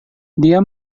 dia